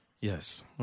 Yes